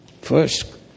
First